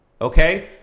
Okay